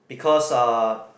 because uh